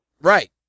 Right